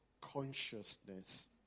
consciousness